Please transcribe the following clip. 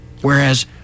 Whereas